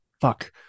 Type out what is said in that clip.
fuck